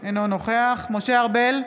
נוכח משה ארבל,